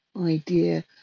idea